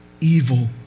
evil